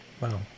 Wow